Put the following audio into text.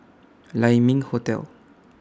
Lai Ming Hotel